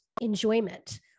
enjoyment